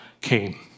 came